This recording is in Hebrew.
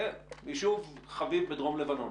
יישוב חביב בדרום לבנון